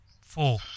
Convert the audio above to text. four